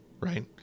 right